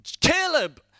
Caleb